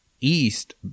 East